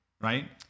Right